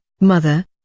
Mother